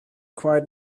quite